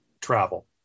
travel